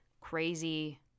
crazy